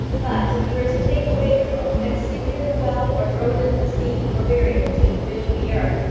but if he were to take away the book and sink it in a well, or throw it into the sea, or bury it deep beneath the earth,